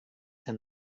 than